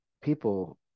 people